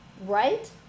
Right